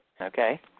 Okay